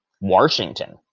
Washington